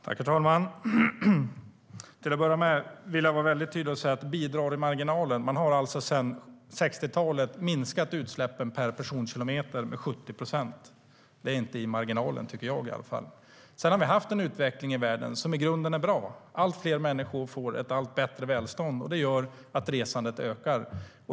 Herr talman! Till att börja med vill jag vara mycket tydlig när Jakop Dalunde talar om att åtgärderna bidrar i marginalen. Sedan 60-talet har man minskat utsläppen per personkilometer med 70 procent. Det är inte bara lite grann i marginalen, tycker jag i alla fall. Sedan har vi haft en utveckling i världen som i grunden är bra. Allt fler människor får ett allt bättre välstånd. Det gör att resandet ökar.